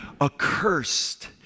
accursed